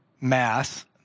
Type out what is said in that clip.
Mass